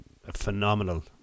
phenomenal